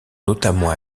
notamment